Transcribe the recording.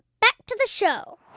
back to the show